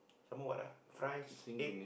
some more what ah fried egg